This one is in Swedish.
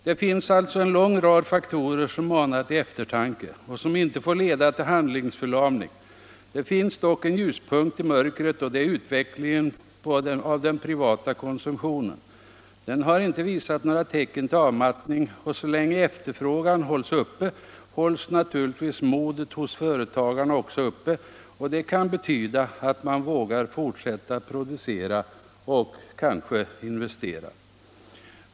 Det finns alltså en lång rad faktorer som manar till eftertanke — och som inte får leda till handlingsförlamning. En ljuspunkt i mörkret är dock utvecklingen av den privata konsumtionen. Den har ännu inte visat några tecken till avmattning. Och så länge efterfrågan hålls uppe, hålls naturligtvis modet hos företagarna också uppe, och det kan betyda att man vågar fortsätta producera och kanske investera.